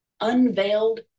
unveiled